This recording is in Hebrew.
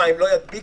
הם לא ידביקו?